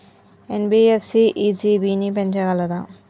NBFC ECB ని పెంచగలదా?